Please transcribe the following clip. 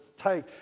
take